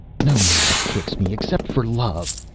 no man kicks me except for love.